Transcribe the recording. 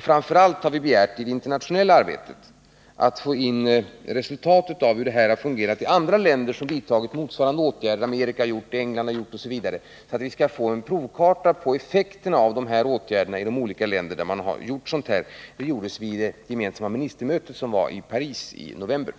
Framför allt har vi i det internationella arbetet, vid ministermötet i Paris i november, begärt in uppgifter om hur det har fungerat i andra länder som har vidtagit motsvarande åtgärder — Amerika har gjort det, England har gjort det osv. — för att få en provkarta på effekterna.